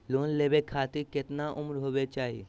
Loan लेवे खातिर केतना उम्र होवे चाही?